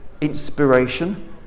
inspiration